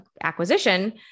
acquisition